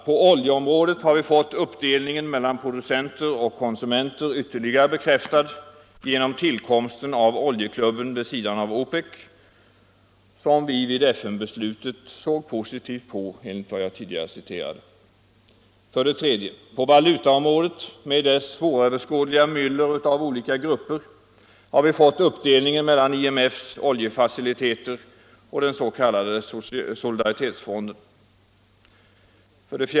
På oljeområdet har vi fått uppdelningen mellan producenter och konsumenter ytterligare bekräftad genom tillkomsten av oljeklubben vid sidan av OPEC, som vi vid FN-beslutet såg positivt på enligt vad jag tidigare citerade. På valutaområdet — med dess svåröverskådliga myller av olika grupper — har vi fått uppdelningen mellan IMF:s oljefaciliteter och den s.k. solidaritetsfonden.